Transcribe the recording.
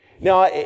Now